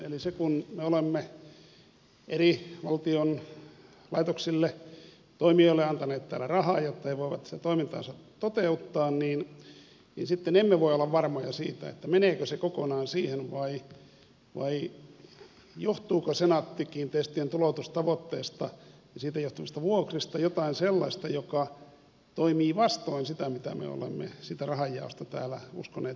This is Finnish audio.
eli kun me olemme eri valtion laitoksille toimijoille antaneet täällä rahaa jotta he voivat sitä toimintaansa toteuttaa sitten emme voikaan olla varmoja siitä meneekö se kokonaan siihen vai johtuuko senaatti kiinteistöjen tuloutustavoitteista ja niistä johtuvista vuokrista jotain sellaista joka toimii vastoin sitä mitä me olemme siitä rahanjaosta täällä uskoneet päättäneemme